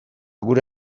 gure